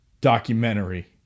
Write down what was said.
documentary